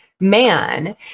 man